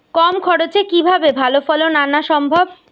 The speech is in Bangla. কম খরচে কিভাবে ভালো ফলন আনা সম্ভব?